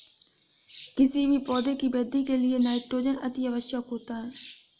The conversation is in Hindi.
किसी भी पौधे की वृद्धि के लिए नाइट्रोजन अति आवश्यक होता है